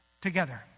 together